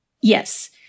Yes